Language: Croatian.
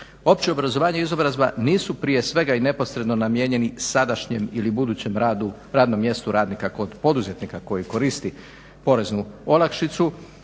opće obrazovanje i izobrazba nisu prije svega i neposredno namijenjeni sadašnjem ili budućem radnom mjestu radnika kod poduzetnika koji koristi poreznu olakšicu